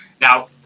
Now